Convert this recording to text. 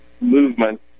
movement